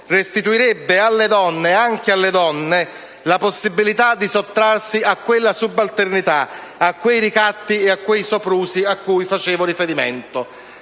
restituirebbe alle donne - anche alle donne - la possibilità di sottrarsi alla subalternità, ai ricatti e ai soprusi a cui ho fatto riferimento.